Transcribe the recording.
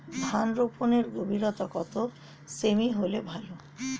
ধান রোপনের গভীরতা কত সেমি হলে ভালো?